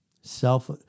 Self